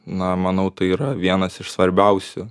na manau tai yra vienas iš svarbiausių